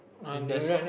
I'm just